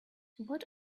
what